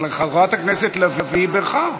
ברכות,